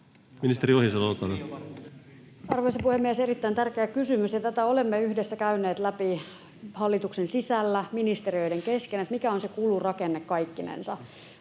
Time: 16:30 Content: Arvoisa puhemies! Erittäin tärkeä kysymys, ja tätä olemme yhdessä käyneet läpi hallituksen sisällä, ministeriöiden kesken, mikä on se kulurakenne kaikkinensa.